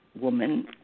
woman